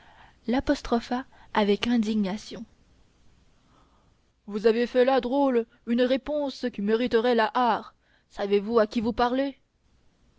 l'apostropha avec indignation vous avez fait là drôle une réponse qui mériterait la hart savez-vous à qui vous parlez